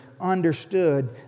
understood